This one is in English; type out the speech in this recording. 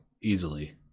easily